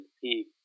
peak